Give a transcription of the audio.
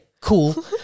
cool